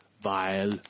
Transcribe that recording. vile